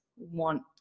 want